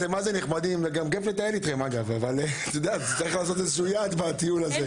אתם נחמדים וכיף לטייל איתכם אבל צריך גם איזה יעד בטיול הזה.